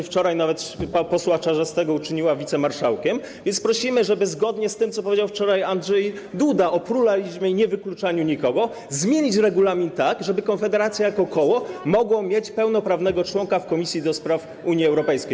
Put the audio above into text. Wczoraj nawet posła Czarzastego uczyniła wicemarszałkiem, więc prosimy, żeby zgodnie z tym, co powiedział wczoraj Andrzej Duda, o pluralizmie i niewykluczaniu nikogo, zmienić regulamin tak, żeby Konfederacja jako koło mogła mieć pełnoprawnego członka w Komisji do Spraw Unii Europejskiej.